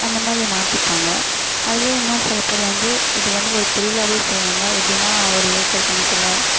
அந்த மாதிரி மாற்றிப்பாங்க அதுவே இன்னும் சில பேர் வந்து இது வந்து ஒரு தொழிலாவே செய்வாங்க எப்படின்னா ஒரு ஏக்கர் கணக்கில்